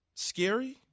Scary